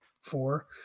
four